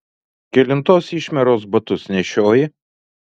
kelintos išmieros batus nešioji